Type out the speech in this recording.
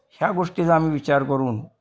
ह्या गोष्टीचा आम्ही विचार करून